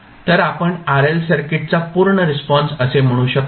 तर आपण RL सर्किटचा पूर्ण रिस्पॉन्स असे म्हणू शकतो